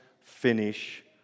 finish